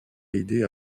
aidée